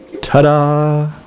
ta-da